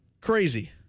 Crazy